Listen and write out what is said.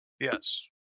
yes